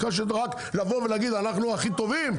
לבוא ולהגיד: אנחנו הכי טובים?